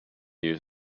use